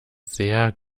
sehr